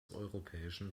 europäischen